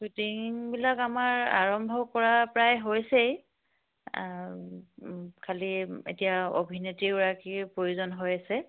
শ্বুটিংবিলাক আমাৰ আৰম্ভ কৰা প্ৰায় হৈছেই খালী এতিয়া অভিনেত্ৰী এগৰাকীৰ প্ৰয়োজন হৈ আছে